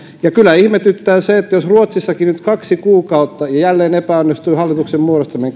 ja kyllä ihmetyttää se että ruotsissakin nyt kaksi kuukautta ja jälleen epäonnistui hallituksen muodostaminen